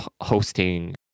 hosting